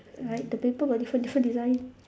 alright the paper got different different design